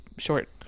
short